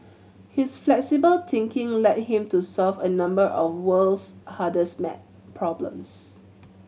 his flexible thinking led him to solve a number of world's hardest maths problems